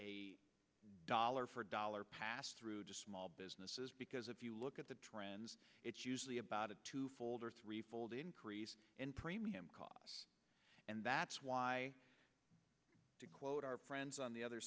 a dollar for dollar passthrough to small businesses because if you look at the trends it's usually about a two fold or three fold increase in premium cost and that's why to quote our friends on the other